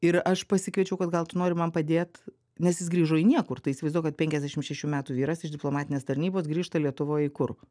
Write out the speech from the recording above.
ir aš pasikviečiau kad gal tu nori man padėt nes jis grįžo į niekur tai įsivaizduok vat penkiasdešimt šešių metų vyras iš diplomatinės tarnybos grįžta lietuvoj į kur